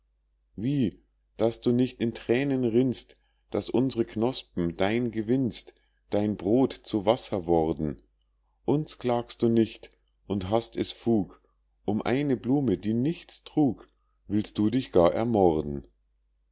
wie daß du nicht in thränen rinnst daß uns're knospen dein gewinnst dein brod zu wasser worden uns klagst du nicht und hast es fug um eine blume die nichts trug willst du dich gar ermorden